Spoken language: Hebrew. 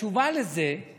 התשובה לזה היא